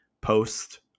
post